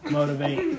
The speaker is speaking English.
Motivate